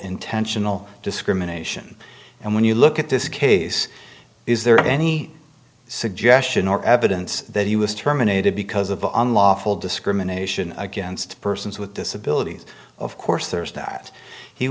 intentional discrimination and when you look at this case is there any suggestion or evidence that he was terminated because of unlawful discrimination against persons with disabilities of course there was that he